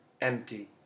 empty